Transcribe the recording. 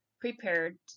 prepared